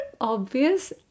obvious